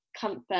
comfort